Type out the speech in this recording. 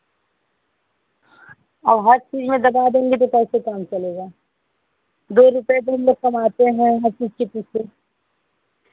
अब हर चीज़ में दबा देंगे तो कैसे काम चलेगा दो रुपए तो हम लोग कमाते हैं हर चीज़ के पीछे